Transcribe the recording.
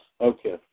Okay